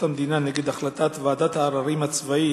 המדינה נגד החלטת ועדת העררים הצבאית,